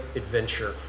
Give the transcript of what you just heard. adventure